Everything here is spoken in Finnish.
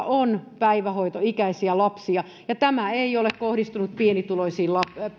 on päivähoitoikäisiä lapsia tämä ei ole kohdistunut pienituloisiin